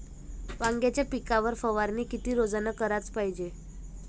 वांग्याच्या पिकावर फवारनी किती रोजानं कराच पायजे?